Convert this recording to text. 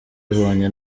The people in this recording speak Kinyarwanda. yayibonye